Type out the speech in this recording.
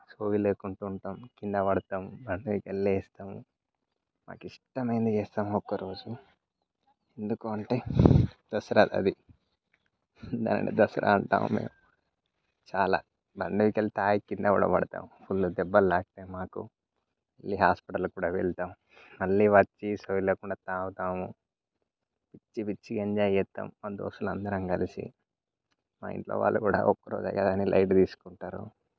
సోది లేకుండా ఉంటాం కింద పడతాం మళ్ళీ లేస్తాం మాకు ఇష్టమైంది చేస్తాం ఒక్కరోజు ఎందుకూ అంటే దసరా అది దానిని దసరా అంటాము మేము చాలా మందీకెళ్ళి తాగి కింద కూడా పడతాం ఫుల్లుగా దెబ్బలు తాకుతాయి మాకు ఈ హాస్పిటలకు కూడా వెళ్తాం మళ్ళీ వచ్చి స్పృహ లేకుండా తాగుతాం పిచ్చిపిచ్చిగా ఎంజాయ్ చేస్తాం మా దోస్తులు అందరం కలిసి మా ఇంట్లో వాళ్ళు కూడా ఒక్క రోజే కదా అని లైట్ తీసుకుంటారు